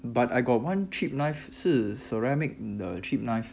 but I got one cheap knife 是 ceramic the cheap knife